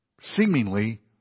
seemingly